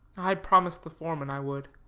i promised the foreman i would.